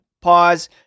pause